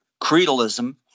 creedalism